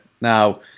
Now